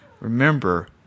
remember